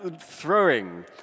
throwing